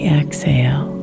exhale